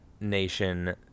nation